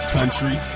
Country